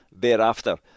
thereafter